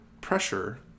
pressure